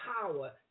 power